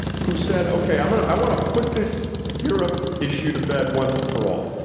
who said okay i mean i wanna put this europe issue to bed once and for all.